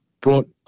brought